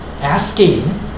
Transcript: asking